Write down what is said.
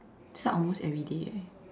this one almost everyday eh